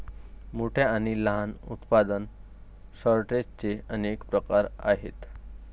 मोठ्या आणि लहान उत्पादन सॉर्टर्सचे अनेक प्रकार आहेत